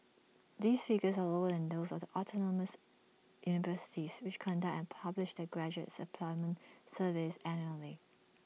these figures are lower than those of the autonomous universities which conduct and publish their graduate employment surveys annually